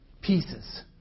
pieces